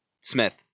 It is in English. Smith